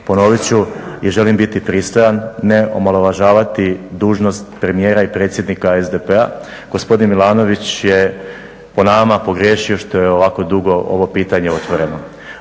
ponovit ću i želim biti pristojan, ne omalovažavati dužnost premijera i predsjednika SDP-a. Gospodin Milanović je po nama pogriješio što je ovako dugo ovo pitanje otvoreno.